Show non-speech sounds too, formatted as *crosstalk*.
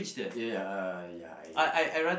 ya I ya I *noise*